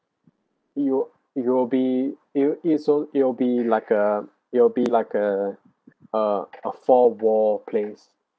it will it will be it'll it so it will be like a it will be like a uh a four wall place